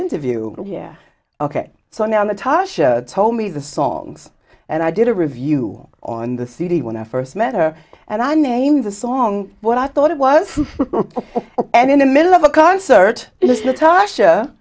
interview yeah ok so now natasha told me the songs and i did a review on the cd when i first met her and i named the song what i thought it was and in the middle of a concert t